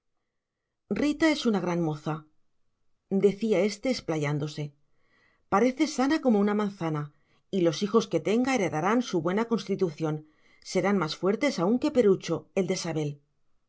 rita es una gran moza decía éste explayándose parece sana como una manzana y los hijos que tenga heredarán su buena constitución serán más fuertes aún que perucho el de sabel